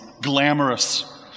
glamorous